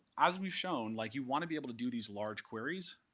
as we've shown like you want to be able to do these large queries.